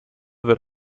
wird